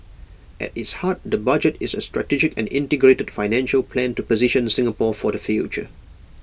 at its heart the budget is A strategic and integrated financial plan to position Singapore for the future